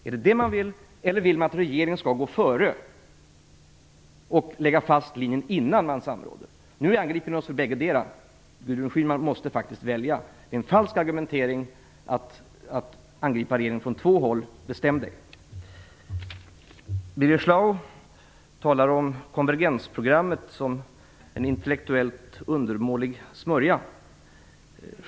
Är det detta man vill, eller vill man att regeringen skall gå före och lägga fast linjen innan man samråder? Nu angrips vi för bäggedera. Gudrun Schyman måste faktiskt välja. Det är falskt att angripa regeringen från två håll. Gudrun Schyman måste bestämma sig! Birger Schlaug talar om konvergensprogrammet som en intellektuellt undermålig smörja.